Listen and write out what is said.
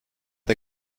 der